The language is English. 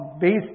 based